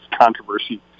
controversy